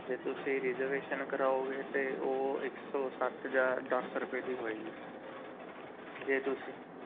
ਅਤੇ ਤੁਸੀਂ ਰਿਜ਼ਰਵੇਸ਼ਨ ਕਰਾਓਗੇ ਤਾਂ ਉਹ ਇੱਕ ਸੌ ਸੱਠ ਜਾਂ ਦਸ ਰੁਪਏ ਦੀ ਹੋਵੇਗੀ ਜੇ ਤੁਸੀਂ